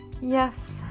Yes